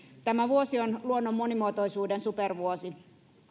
tämä vuosi on luonnon monimuotoisuuden supervuosi